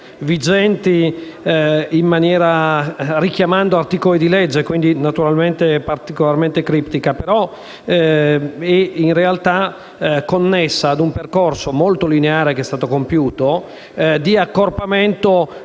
vigenti richiamando articoli di legge, quindi in maniera particolarmente criptica, però, in realtà, essa è connessa ad un percorso molto lineare che è stato compiuto di accorpamento